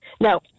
No